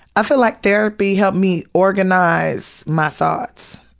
i feel like therapy helped me organize my thoughts.